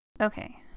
Okay